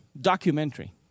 documentary